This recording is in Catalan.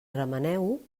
remeneu